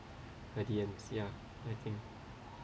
my ya